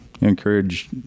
encourage